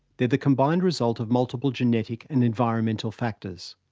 the the combined result of multiple genetic and environmental factors.